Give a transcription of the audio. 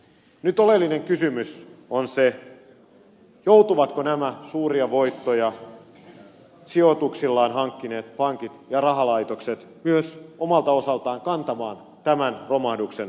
nyt oleellinen kysymys on se joutuvatko nämä suuria voittoja sijoituksillaan hankkineet pankit ja muut rahalaitokset myös omalta osaltaan kantamaan tämän romahduksen riskit